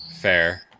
Fair